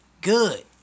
good